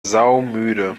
saumüde